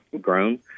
Grown